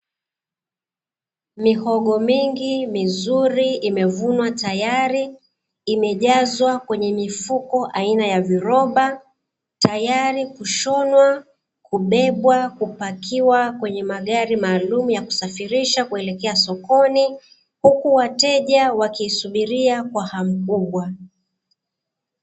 Mihogo mingi mizuri imevunwa tayari imejazwa kwenye mifuko aina ya viroba tayari kushonwa, kubebwa, kupakiwa kwenye magari maalumu ya kusafirisha Kuelekea sokoni huku wateja wakisubiria kwa hamu kubwa.